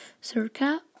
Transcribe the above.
circa